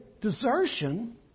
desertion